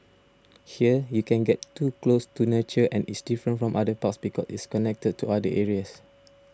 here you can get too close to nature and it's different from other parks because it's connected to other areas